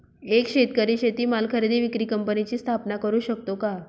एक शेतकरी शेतीमाल खरेदी विक्री कंपनीची स्थापना करु शकतो का?